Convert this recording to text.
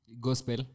Gospel